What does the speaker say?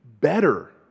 better